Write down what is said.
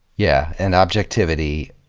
yeah. and objectivity,